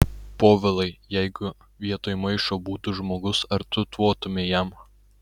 povilai jeigu vietoj maišo būtų žmogus ar tu tvotumei jam